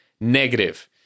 Negative